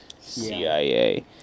CIA